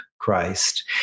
Christ